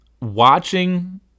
Watching